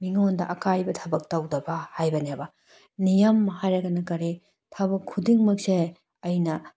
ꯃꯤꯉꯣꯟꯗ ꯑꯀꯥꯏꯕ ꯊꯕꯛ ꯇꯧꯗꯕ ꯍꯥꯏꯕꯅꯦꯕ ꯅꯤꯌꯝ ꯍꯥꯏꯔꯒꯅ ꯀꯔꯤ ꯊꯕꯛ ꯈꯨꯗꯤꯡꯃꯛꯁꯦ ꯑꯩꯅ